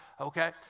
Okay